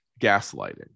gaslighting